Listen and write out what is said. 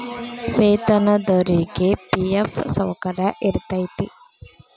ವೇತನದೊರಿಗಿ ಫಿ.ಎಫ್ ಸೌಕರ್ಯ ಇರತೈತಿ